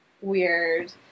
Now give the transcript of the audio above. weird